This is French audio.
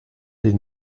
des